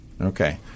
Okay